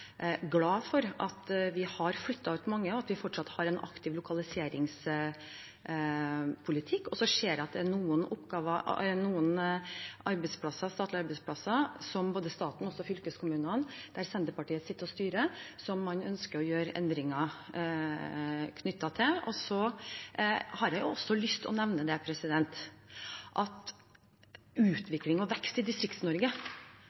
glad for at vi har flyttet ut mange, og at vi fortsatt har en aktiv lokaliseringspolitikk. Jeg ser at det er noen statlige arbeidsplasser som både staten og fylkeskommunene, der Senterpartiet sitter og styrer, ønsker å gjøre endringer knyttet til. Jeg har også lyst til å nevne at utvikling og vekst i Distrikts-Norge også handler om arbeidsplasser i privat sektor. Det ser nærmest ut som at